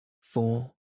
Four